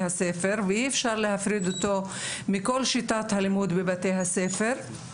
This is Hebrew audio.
הספר ואי אפשר להפריד אותו מכל שיטת הלימוד בבתי הספר.